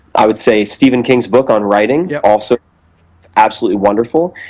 i would say stephen king's book on writing, yeah also absolutely wonderful,